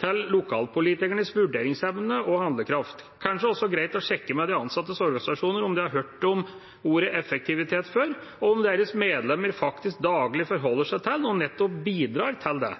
til lokalpolitikernes vurderingsevne og handlekraft – og kanskje også greit å sjekke med de ansattes organisasjoner om de har hørt om ordet «effektivitet» før, og om deres medlemmer faktisk daglig forholder seg til og nettopp bidrar til det.